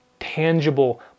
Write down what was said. tangible